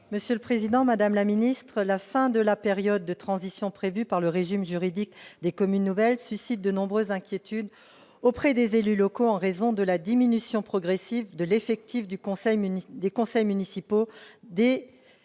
En Marche. Madame la ministre, la fin de la période de transition prévue par le régime juridique des communes nouvelles suscite de nombreuses inquiétudes auprès des élus locaux, en raison de la diminution progressive de l'effectif des conseils municipaux des communes